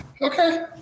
Okay